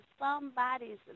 somebody's